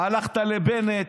הלכת לבנט,